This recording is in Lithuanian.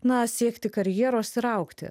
na siekti karjeros ir augti